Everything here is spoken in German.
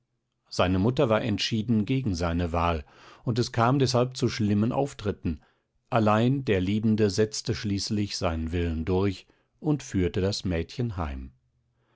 seine mutter war entschieden gegen seine wahl und es kam deshalb zu schlimmen auftritten allein der liebende setzte schließlich seinen willen durch und führte das mädchen heim